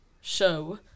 show